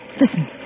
Listen